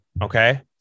Okay